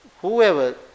whoever